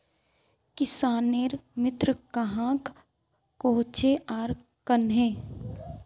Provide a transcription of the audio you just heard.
किसानेर मित्र कहाक कोहचे आर कन्हे?